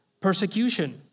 Persecution